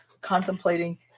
contemplating